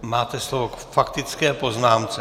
Máte slovo k faktické poznámce.